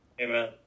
Amen